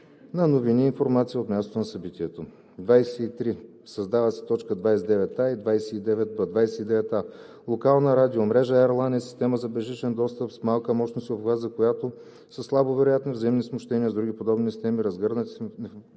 на новини и информация от мястото на събитието.“ 23. Създават се т. 29а и 29б: „29а. „Локална радиомрежа“ (RLAN) е система за безжичен достъп с малка мощност и обхват, за която са слабо вероятни взаимни смущения с други подобни системи, разгърнати в